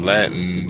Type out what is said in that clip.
Latin